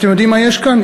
אתם יודעים מה יש כאן?